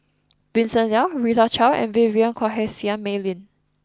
Vincent Leow Rita Chao and Vivien Quahe Seah Mei Lin